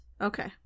Okay